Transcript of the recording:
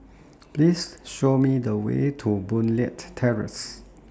Please Show Me The Way to Boon Leat Terrace